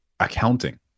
accounting